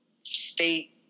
State